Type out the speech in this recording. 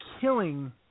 killing